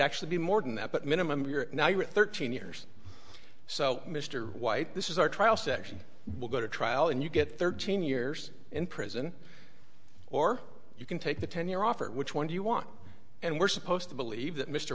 actually be more than that but minimum you're now you're thirteen years so mr white this is our trial section will go to trial and you get thirteen years in prison or you can take the ten year offer which one do you want and we're supposed to believe that mr